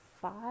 five